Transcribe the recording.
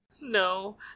No